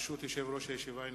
ברשות יושב-ראש הישיבה,